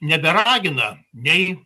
neberagina nei